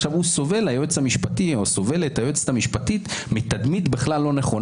היועץ המשפטי או היועצת המשפטית סובלים מתדמית בכלל לא נכונה.